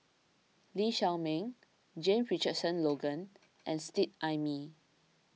Lee Shao Meng James Richardson Logan and Seet Ai Mee